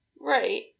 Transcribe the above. Right